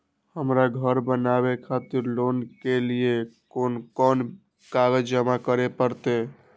हमरा घर बनावे खातिर लोन के लिए कोन कौन कागज जमा करे परते?